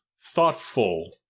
thoughtful